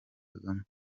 kagame